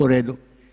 U redu.